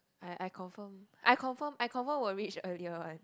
I I confirm I confirm will reach earlier one